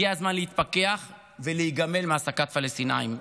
הגיע הזמן להתפכח ולהיגמל מהעסקת פלסטינים.